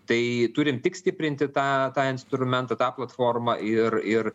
tai turim tik stiprinti tą tą instrumentą tą platformą ir